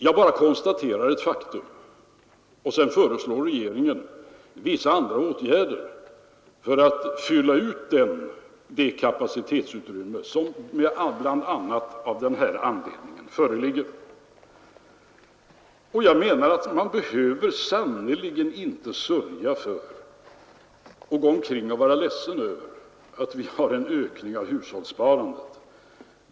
Jag bara konstaterar ett faktum, och sedan föreslår regeringen vissa andra åtgärder för att fylla ut det kapacitetsutrymme som bl.a. av den här anledningen föreligger. Jag menar att man behöver sannerligen inte gå omkring och vara ledsen över att vi har en ökning av hushållssparandet.